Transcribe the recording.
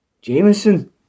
Jameson